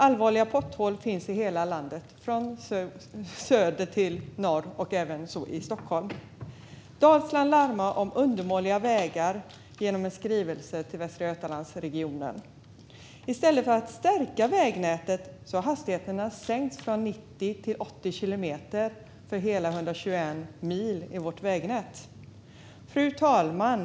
Allvarliga potthål finns i hela landet, från söder till norr och även i Stockholm. Dalsland larmar om undermåliga vägar i en skrivelse till Västra Götalandsregionen. I stället för att stärka vägnätet har hastigheterna sänkts från 90 till 80 kilometer för hela 121 mil i vårt vägnät. Fru talman!